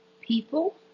People